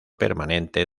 permanente